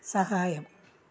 സഹായം